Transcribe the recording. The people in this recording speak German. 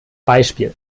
beispiel